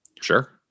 Sure